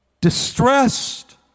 distressed